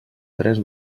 tres